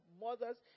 mothers